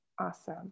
Awesome